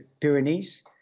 Pyrenees